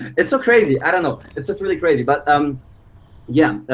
it's so crazy. i don't know. it's just really crazy. but um yeah.